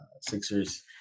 Sixers